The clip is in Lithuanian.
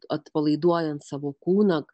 atpalaiduojant savo kūną